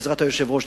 בעזרת היושב-ראש,